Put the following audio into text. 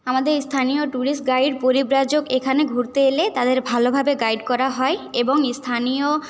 আমাদের স্থানীয় tourist guide পরিব্রাজক এখানে ঘুরতে এলে তাদের ভালোভাবে গাইড করা হয় এবং স্থানীয়